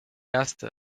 erste